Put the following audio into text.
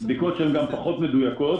בדיקות שהן גם פחות מדויקות.